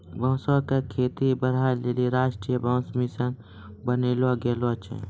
बांसो क खेती बढ़ाय लेलि राष्ट्रीय बांस मिशन बनैलो गेलो छै